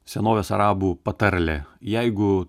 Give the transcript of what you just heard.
senovės arabų patarlė jeigu